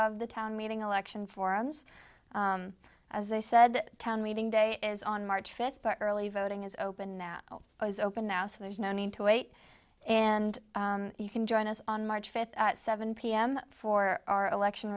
of the town meeting election forums as i said town meeting day is on march fifth but early voting is open now is open now so there's no need to wait and you can join us on march fifth at seven pm for our election